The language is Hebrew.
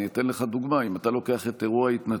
אני אתן לך דוגמה: אם אתה לוקח את אירוע ההתנתקות.